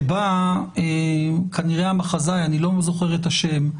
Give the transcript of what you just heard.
שבה כנראה המחזאי, אני לא זוכר את השם,